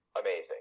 Amazing